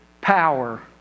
power